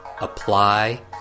apply